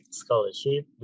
scholarship